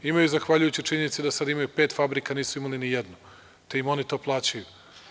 Imaju, zahvaljujući činjenici da sada imaju pet fabrika, a nisu imali nijednu, te im oni to plaćaju.